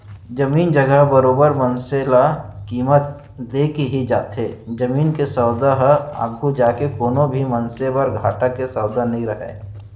जमीन जघा ह बरोबर मनसे ल कीमत देके ही जाथे जमीन के सौदा ह आघू जाके कोनो भी मनसे बर घाटा के सौदा नइ रहय